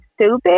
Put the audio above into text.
stupid